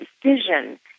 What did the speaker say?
decision